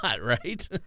right